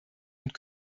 und